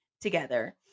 together